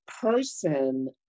person